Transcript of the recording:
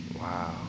Wow